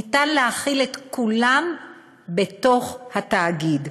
אפשר להכיל את כולם בתוך התאגיד,